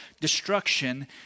destruction